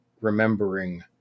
remembering